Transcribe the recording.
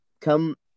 come